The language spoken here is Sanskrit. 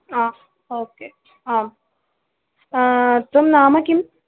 हा ओके आं तव नाम किम्